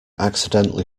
accidentally